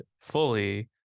fully